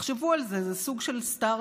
תחשבו על זה, זה סוג של סטרטאפ.